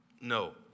No